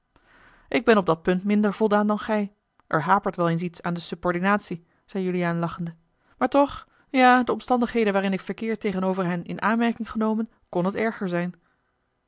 ik ben op dat punt minder voldaan dan gij er hapert wel eens iets aan de subordinatie zei juliaan lachende maar toch ja de omstandigheden waarin ik verkeer tegenover hen in aanmerking genomen kon het erger zijn